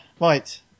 Right